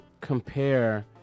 compare